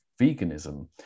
veganism